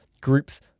groups